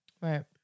Right